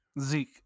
Zeke